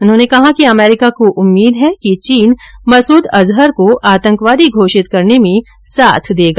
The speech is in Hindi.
उन्होंने कहा कि अमरीका को उम्मीद है कि चीनमसूद अजहर को आतंकवादी घोषित करने में साथ देगा